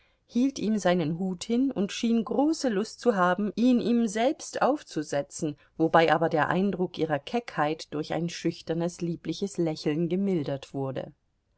hielt ihm seinen hut hin und schien große lust zu haben ihn ihm selbst aufzusetzen wobei aber der eindruck ihrer keckheit durch ein schüchternes liebliches lächeln gemildert wurde